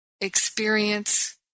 experience